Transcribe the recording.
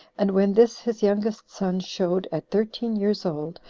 and when this his youngest son showed, at thirteen years old,